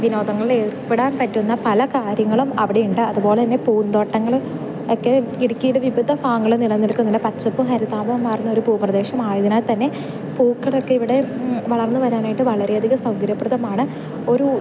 വിനോദങ്ങളിൽ ഏർപ്പെടാൻ പറ്റുന്ന പല കാര്യങ്ങളും അവിടെയുണ്ട് അതുപോലെതന്നെ പൂന്തോട്ടങ്ങൾ ഒക്കെ ഇടുക്കിയുടെ വിവിധ ഭാഗങ്ങളിൽ നിലനിൽക്കുന്നില്ല പച്ചപ്പും ഹരിതാപവുമാർന്നൊരു ഭൂപ്രദേശമായതിനാൽ തന്നെ പൂക്കളൊക്കെ ഇവിടെ വളർന്നു വരാനായിട്ട് വളരെയധികം സൗകര്യപ്രദമാണ് ഒരു